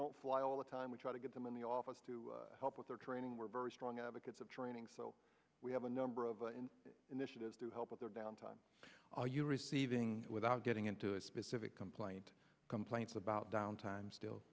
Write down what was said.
don't fly all the time we try to get them in the office to help with their training we're very strong advocates of training so we have a number of initiatives to help with their downtime are you receiving without getting into a specific complaint complaints about downtime still